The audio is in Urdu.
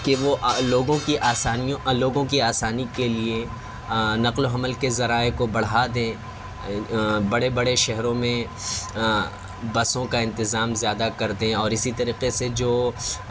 کہ وہ لوگوں کی آسانیوں لوگوں کی آسانی کے لیے نقل و حمل کے ذرائع کو بڑھا دیں بڑے بڑے شہروں میں بسوں کا انتظام زیادہ کر دیں اور اسی طریقے سے جو